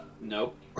Nope